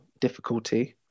difficulty